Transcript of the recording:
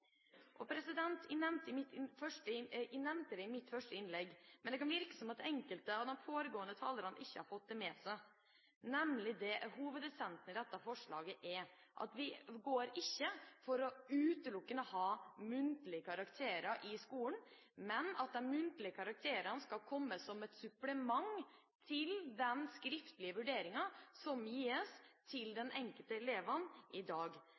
Jeg nevnte det i mitt første innlegg, men det kan virke som enkelte av de foregående talerne ikke har fått med seg at hovedessensen i dette forslaget er at vi ikke utelukkende går for å ha muntlige karakterer i skolen, men at de muntlige karakterene skal komme som et supplement til de skriftlige vurderingene som gis til den enkelte elev i dag.